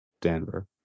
Denver